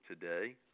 today